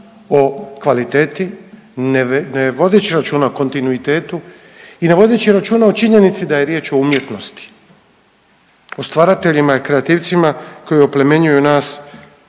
o kvaliteti, ne vodeći računa o kontinuitetu i ne vodeći računa o činjenici da je riječ o umjetnosti, o stvarateljima i kreativcima koji oplemenjuju nas